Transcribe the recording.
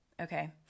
Okay